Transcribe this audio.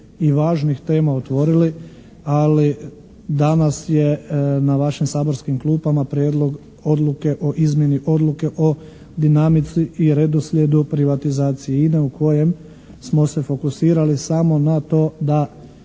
i važnih tema otvorili, ali danas je na vašim saborskim klupama Prijedlog odluke o izmjeni Odluke o dinamici i redoslijedu u privatizaciji INA-e u kojem smo se fokusirali samo na to da